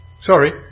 Sorry